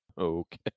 Okay